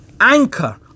anchor